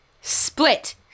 Split